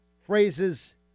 Phrases